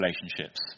relationships